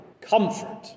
comfort